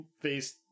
face